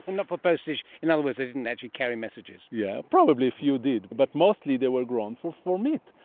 not for postage. in other words, they didn't actually carry messages. yes, yeah probably a few did, but mostly they were grown for for meat.